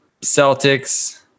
Celtics